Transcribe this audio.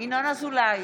ינון אזולאי,